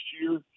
year